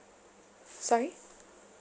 sorry